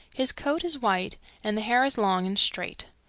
his coat is white and the hair is long and straight.